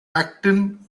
acton